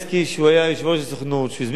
והוא הזמין את שר הפנים דאז מאיר שטרית